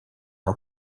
are